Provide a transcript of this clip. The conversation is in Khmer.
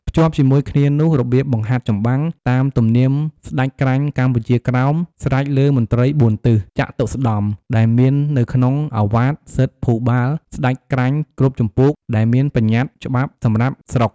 ភ្ជាប់ជាមួយគ្នានោះ របៀបបង្ហាត់ចម្បាំង «តាមទំនៀមស្តេចក្រាញ់កម្ពុជាក្រោម» ស្រេចលើមន្ត្រី៤ទិស «ចតុស្តម្ភ» ដែលមាន នៅក្នុងឱវាទស្និទ្ធិភូបាលស្តេចក្រាញ់គ្រប់ជំពូកដែលមានបញ្ញត្តិច្បាប់សម្រាប់ស្រុក ។